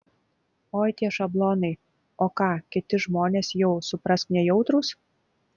oi tie šablonai o ką kiti žmonės jau suprask nejautrūs